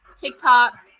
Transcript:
TikTok